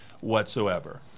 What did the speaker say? whatsoever